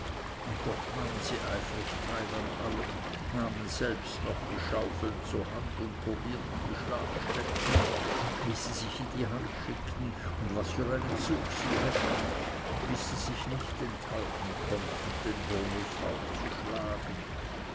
und doch nahmen sie eifrig teil an allem nahmen selbst noch die schaufeln zur hand und probierten die schlagstecken wie sie sich in die hand schickten und was für einen zug sie hätten bis sie sich nicht enthalten konnten den hurnuß auch zu schlagen